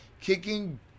kicking